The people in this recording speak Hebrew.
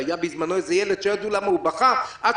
שהיה בזמנו איזה ילד שלא ידעו למה הוא בכה עד